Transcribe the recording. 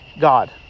God